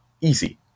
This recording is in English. easy